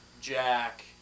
Jack